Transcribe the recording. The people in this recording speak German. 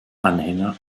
anhänger